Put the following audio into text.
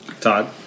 Todd